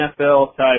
NFL-type